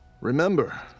Remember